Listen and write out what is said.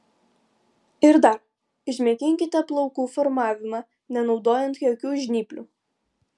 ir dar išmėginkite plaukų formavimą nenaudojant jokių žnyplių